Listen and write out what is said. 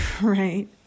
right